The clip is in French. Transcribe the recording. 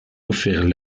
offert